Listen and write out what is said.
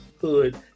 hood